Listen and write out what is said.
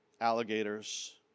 alligators